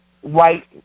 white